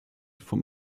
vom